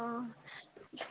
अ